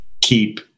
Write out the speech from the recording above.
keep